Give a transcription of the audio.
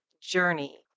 journey